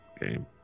game